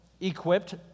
Equipped